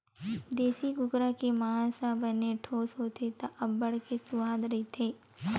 देसी कुकरा के मांस ह बने ठोस होथे त अब्बड़ के सुवाद रहिथे